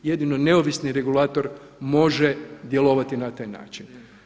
Jedino neovisni regulator može djelovati na taj način.